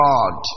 God